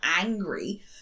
angry